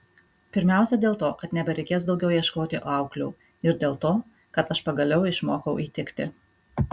pirmiausia dėl to kad nebereikės daugiau ieškoti auklių ir dėl to kad aš pagaliau išmokau įtikti